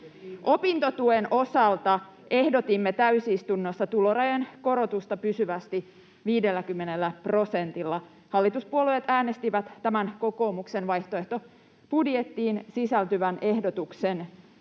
Opintotuen osalta ehdotimme täysistunnossa tulorajojen korotusta pysyvästi 50 prosentilla. Hallituspuolueet äänestivät tämän kokoomuksen vaihtoehtobudjettiin sisältyvän ehdotuksen